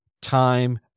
time